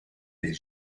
des